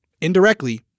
indirectly